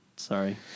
Sorry